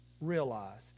realized